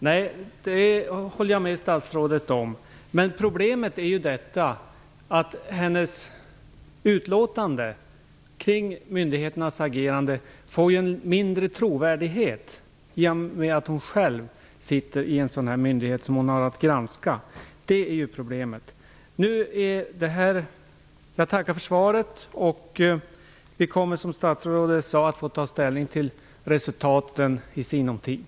Fru talman! Jag håller med statsrådet om det. Problemet är dock att hennes utlåtande över myndigheternas agerande får mindre trovärdighet i och med att hon själv sitter i en sådan här myndighet som hon har att granska. Det är problemet. Jag tackar för svaret. Vi kommer, som statsrådet sade, att få ta ställning till resultaten i sinom tid.